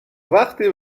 وقتی